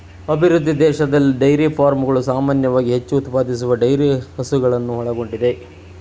ಅಭಿವೃದ್ಧಿ ದೇಶದಲ್ಲಿ ಡೈರಿ ಫಾರ್ಮ್ಗಳು ಸಾಮಾನ್ಯವಾಗಿ ಹೆಚ್ಚು ಉತ್ಪಾದಿಸುವ ಡೈರಿ ಹಸುಗಳನ್ನು ಒಳಗೊಂಡಿದೆ